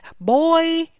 boy